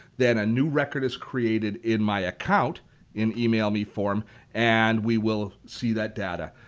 then a new record is created in my account in emailmeform and we will see that data.